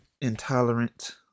intolerant